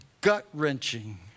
gut-wrenching